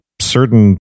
certain